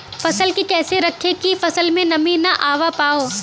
फसल के कैसे रखे की फसल में नमी ना आवा पाव?